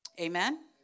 amen